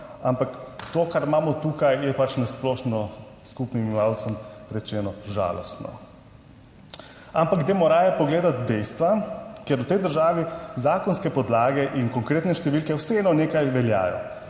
Ampak to, kar imamo tukaj, je pač na splošno s skupnim imenovalcem rečeno, žalostno. Ampak dajmo raje pogledati dejstva, ker v tej državi zakonske podlage in konkretne številke vseeno nekaj veljajo,